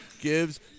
gives